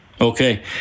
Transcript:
Okay